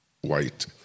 white